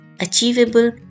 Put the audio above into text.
achievable